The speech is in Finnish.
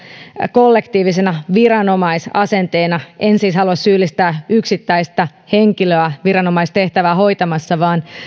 kollektiivisena viranomaisasenteena en siis halua syyllistää yksittäistä henkilöä viranomaistehtävää hoitamassa vaan